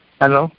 hello